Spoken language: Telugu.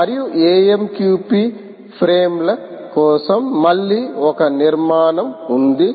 మరియు AMQP ఫ్రేమ్ల కోసం మళ్ళీ ఒక నిర్మాణం ఉంది